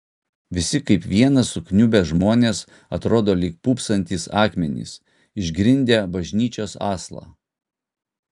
visi kaip vienas sukniubę žmonės atrodo lyg pūpsantys akmenys išgrindę bažnyčios aslą